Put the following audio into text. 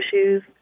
issues